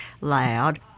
loud